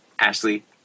Ashley